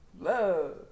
Love